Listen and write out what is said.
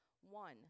One